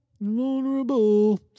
vulnerable